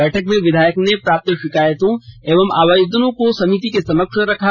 बैठक में विधायक ने प्राप्त शिकायतों एवं आवेदनों को समिति के समक्ष रखा